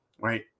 right